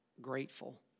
grateful